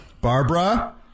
Barbara